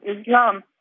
Islam